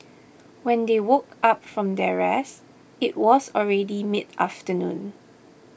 when they woke up from their rest it was already midafternoon